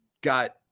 got